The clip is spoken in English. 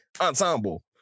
ensemble